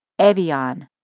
Evion